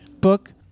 book